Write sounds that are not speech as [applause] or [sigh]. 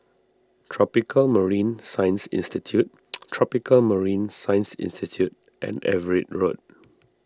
Tropical Marine Science Institute [noise] Tropical Marine Science Institute and Everitt Road